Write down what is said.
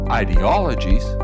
ideologies